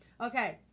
Okay